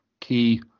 key